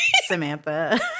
Samantha